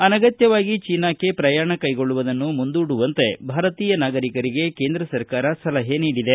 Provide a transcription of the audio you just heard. ಅನಗತ್ಯವಾಗಿ ಚೀನಾಕ್ಕೆ ಪ್ರಯಾಣ ಕ್ರೆಗೊಳ್ಳುವುದನ್ನು ಮುಂದೂಡುವಂತೆ ಭಾರತೀಯ ನಾಗರಿಕರಿಗೆ ಕೇಂದ್ರ ಸರ್ಕಾರಸಲಹೆ ನೀಡಿದೆ